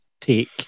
take